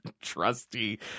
trusty